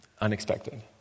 unexpected